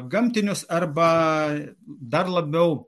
gamtinius arba dar labiau